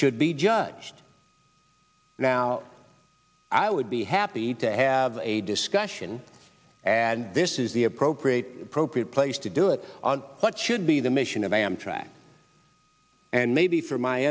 should be judged now i would be happy to have a discussion and this is the appropriate appropriate place to do it on what should be the mission of amtrak and maybe for my